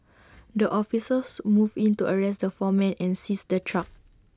the officers moved in to arrest the four men and seize the truck